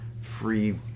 free